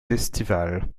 estivales